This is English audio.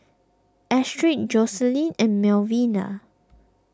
Astrid Jocelyne and Melvina